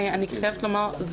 אני חייבת לומר,